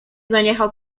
zaniechał